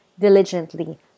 Diligently